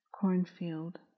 cornfield